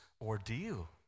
ordeal